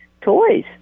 toys